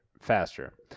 faster